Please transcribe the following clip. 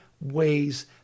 ways